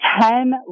ten